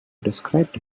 described